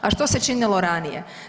A što se činilo ranije?